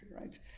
right